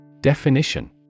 Definition